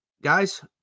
guys